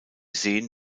seen